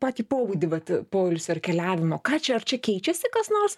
patį pobūdį vat poilsio ir keliavimo ką čia ar čia keičiasi kas nors